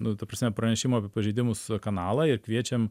nu ta prasme pranešimų apie pažeidimus kanalą ir kviečiam